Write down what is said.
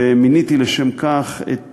ומיניתי לשם כך את